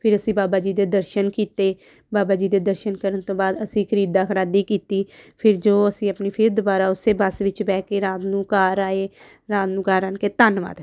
ਫਿਰ ਅਸੀਂ ਬਾਬਾ ਜੀ ਦੇ ਦਰਸ਼ਨ ਕੀਤੇ ਬਾਬਾ ਜੀ ਦੇ ਦਰਸ਼ਨ ਕਰਨ ਤੋਂ ਬਾਅਦ ਅਸੀਂ ਖਰੀਦਾ ਖਰਾਦੀ ਕੀਤੀ ਫਿਰ ਜੋ ਅਸੀਂ ਆਪਣੀ ਫਿਰ ਦੁਬਾਰਾ ਉਸੇ ਬੱਸ ਵਿੱਚ ਬਹਿ ਕੇ ਰਾਤ ਨੂੰ ਘਰ ਆਏ ਰਾਤ ਨੂੰ ਘਰ ਆ ਕੇ ਧੰਨਵਾਦ